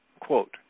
quote